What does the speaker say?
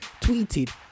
tweeted